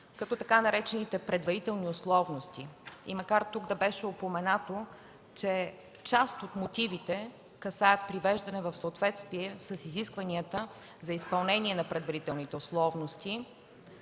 както така наречените „предварителни условности”. И макар тук да беше упоменато, че част от мотивите касаят привеждане в съответствие с изискванията за изпълнение на предварителните условности,